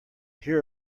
here